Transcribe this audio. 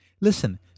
Listen